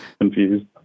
confused